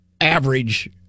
Average